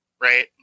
right